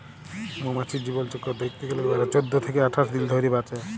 মমাছির জীবলচক্কর দ্যাইখতে গ্যালে উয়ারা চোদ্দ থ্যাইকে আঠাশ দিল ধইরে বাঁচে